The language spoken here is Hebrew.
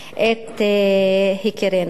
את יקירינו.